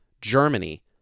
Germany